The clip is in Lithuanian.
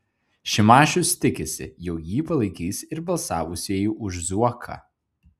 šimašius tikisi jog jį palaikys ir balsavusieji už zuoką